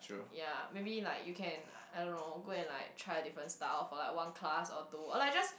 ya maybe like you can I don't know go and like try a different style for like one class or two or like just